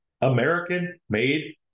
American-made